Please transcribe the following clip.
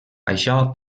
això